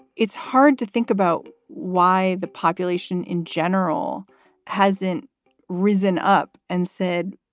it's hard to think about why the population in general hasn't risen up and said,